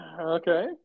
Okay